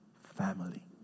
family